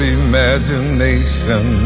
imagination